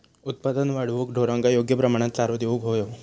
उत्पादन वाढवूक ढोरांका योग्य प्रमाणात चारो देऊक व्हयो